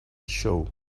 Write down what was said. show